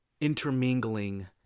intermingling